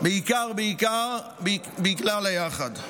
בעיקר בעיקר בגלל היחד,